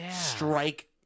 strike